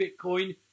Bitcoin